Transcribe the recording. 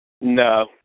No